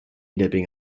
dipping